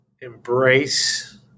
embrace